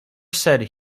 said